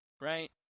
right